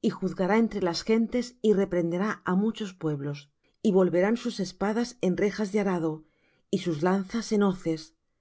y juzgará entre las gentes y reprenderá á muchos pueblos y volverán sus espadas en rejas de arado y sus lanzas